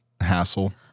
hassle